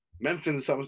Memphis